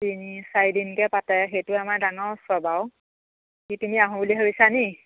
তিনি চাৰিদিনকৈ পাতে সেইটোৱে আমাৰ ডাঙৰ উৎসৱ আৰু কি তুমি আহো বুলি ভাবিছা নি